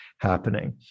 happening